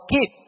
keep